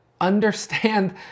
Understand